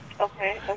okay